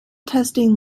testing